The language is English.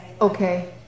Okay